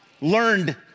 learned